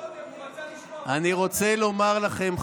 אני רוצה לומר לכם,